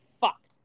fucked